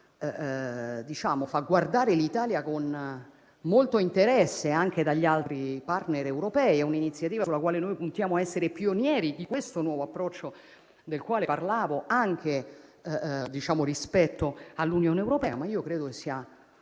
oggi fa guardare l'Italia con molto interesse anche dagli altri *partner* europei. È un'iniziativa sulla quale noi puntiamo a essere pionieri di questo nuovo approccio del quale parlavo anche rispetto all'Unione europea. Essendo